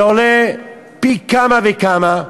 זה עולה פי כמה וכמה,